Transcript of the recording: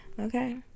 okay